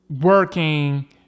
working